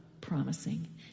promising